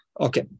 Okay